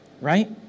right